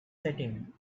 setting